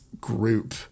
group